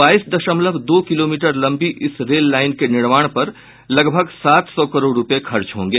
बाईस दशमलव दो किलोमीटर लंबी इस रेल लाईन के निर्माण पर लगभग सात सौ करोड़ रूपये खर्च होंगे